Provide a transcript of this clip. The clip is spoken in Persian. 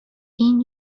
این